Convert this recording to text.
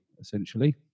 essentially